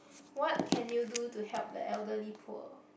what can you do to help the elderly poor